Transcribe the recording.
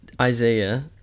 Isaiah